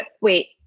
wait